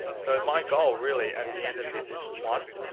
so my goal really at the end of this is one,